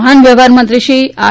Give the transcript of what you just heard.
વાહન વ્યવહાર મંત્રી શ્રી આર